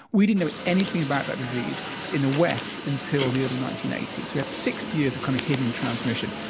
we didn't know anything about that disease in the west until the early nineteen eighty s. we had sixty years of kind of hidden transmission.